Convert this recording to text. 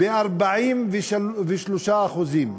ב-43%.